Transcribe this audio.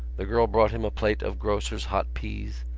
the girl brought him a plate of grocer's hot peas,